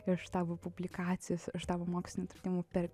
iš tavo publikacijos iš tavo mokslinių atradimų per